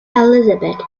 elizabeth